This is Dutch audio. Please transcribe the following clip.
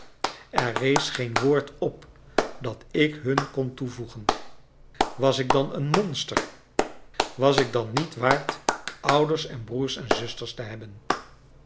er rees geen woord op dat ik hun kon toevoegen was ik dan een monster was ik dan niet waard ouders en broers en zusters te hebben